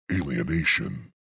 alienation